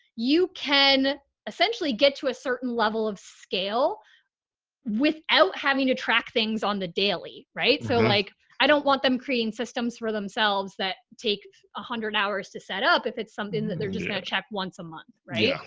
you can essentially get to a certain level of scale without having to track things on the daily, right? so like i don't want them creating systems for themselves that take a hundred hours to set up. if it's something that they're just going to check once a month. right? yeah